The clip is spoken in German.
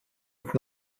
und